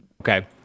Okay